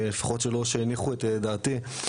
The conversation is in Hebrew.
לפחות לא שהניחו את דעתי,